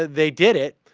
they did it